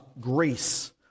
grace